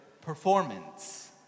performance